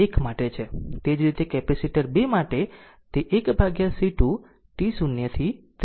તે જ રીતે કેપેસિટર 2 માટે તે 1C2 t0 થી t તે t it dt v2 છે